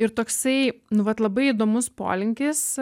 ir toksai nu vat labai įdomus polinkis